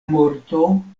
morto